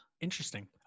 Interesting